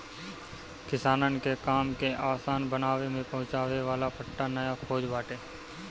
किसानन के काम के आसान बनावे में पहुंचावे वाला पट्टा नया खोज बाटे